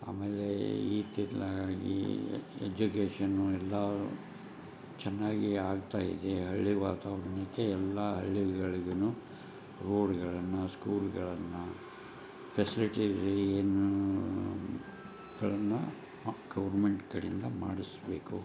ಆಮೇಲೆ ಈತಿತ್ತಲಾಗಿ ಎಜ್ಯುಕೇಷನು ಎಲ್ಲಾ ಚೆನ್ನಾಗಿ ಆಗ್ತಾಯಿದೆ ಹಳ್ಳಿ ವಾತಾವರಣಕ್ಕೆ ಎಲ್ಲಾ ಹಳ್ಳಿಗಳಿಗುನು ರೋಡ್ಗಳನ್ನ ಸ್ಕೂಲ್ಗಳನ್ನ ಫೆಸಿಲಿಟಿಗಳನ್ನ ಆ ಗೌರ್ಮೆಂಟ್ ಕಡೆಯಿಂದ ಮಾಡಸಬೇಕು